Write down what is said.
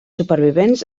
supervivents